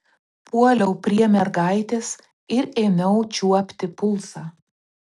puoliau prie mergaitės ir ėmiau čiuopti pulsą